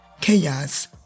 chaos